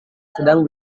sedang